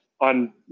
on